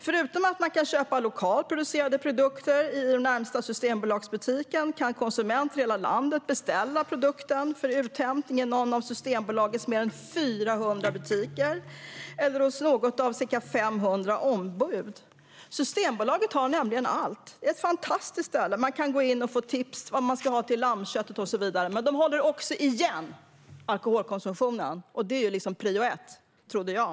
Förutom att man kan köpa lokalt producerade produkter i den närmaste Systembolagsbutiken kan konsumenter i hela landet beställa produkten för uthämtning i någon av Systembolagets mer än 400 butiker eller hos något av ca 500 ombud. Systembolaget har nämligen allt. Det är ett fantastiskt ställe. Man kan gå in och få tips om vad man ska ha till lammköttet och så vidare. Men de håller också igen alkoholkonsumtionen. Det är liksom prio ett - trodde jag.